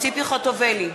ציפי חוטובלי,